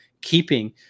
Keeping